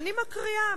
ואני מקריאה,